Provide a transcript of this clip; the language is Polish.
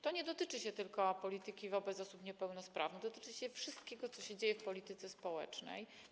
To nie dotyczy tylko polityki wobec osób niepełnosprawnych, dotyczy wszystkiego, co się dzieje w polityce społecznej.